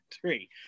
three